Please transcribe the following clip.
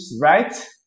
right